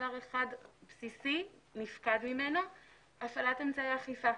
דבר אחד בסיסי נפקד ממנו - הפעלת אמצעי אכיפה,